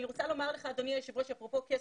אפרופו כסף,